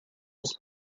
this